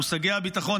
מושגי הביטחון,